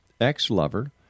ex-lover